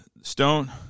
Stone